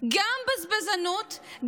גם בזבזנות,